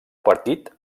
partit